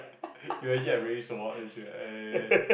imagine I really show up then she eh